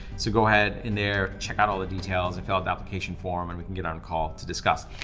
so go ahead in there, check out all the details and fill out the application form and we can get on a call to discuss.